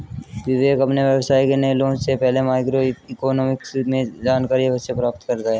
विवेक अपने व्यवसाय के नए लॉन्च से पहले माइक्रो इकोनॉमिक्स से जानकारी अवश्य प्राप्त करता है